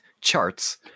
Charts